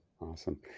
awesome